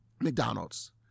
McDonald's